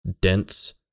dense